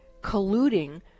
colluding